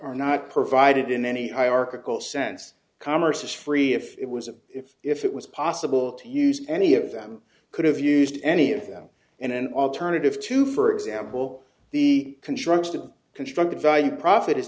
are not provided in any hierarchical sense commerce free if it was a if if it was possible to use any of them could have used any of them in an alternative to for example the construct of constructed value profit is